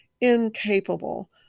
incapable